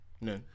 No